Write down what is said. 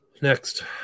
Next